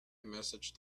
messaged